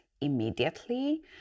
immediately